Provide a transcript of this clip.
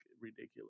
ridiculous